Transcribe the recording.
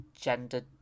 gender